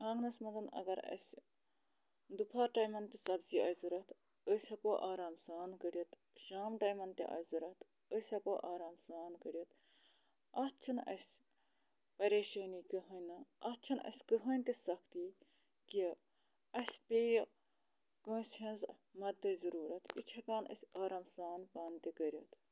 آنٛگنَس منٛز اگر اَسہِ دُپھار ٹایمَن تہِ سبزی آسہِ ضوٚرَتھ أسۍ ہٮ۪کو آرام سان کٔڑِتھ شام ٹایمَن تہِ آسہِ ضوٚرَتھ أسۍ ہٮ۪کو آرام سان کٔڑِتھ اَتھ چھِنہٕ اَسہِ پریشٲنی کٕہۭنۍ نہٕ اَتھ چھَنہٕ اَسہِ کٕہۭنۍ تہِ سختی کہِ اَسہِ پیٚیہِ کٲنٛسہِ ہٕنٛز مَدتٕچ ضٔروٗرَتھ یہِ چھِ ہٮ۪کان أسۍ آرام سان پانہٕ تہِ کٔرِتھ